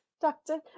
Doctor